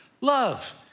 love